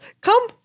Come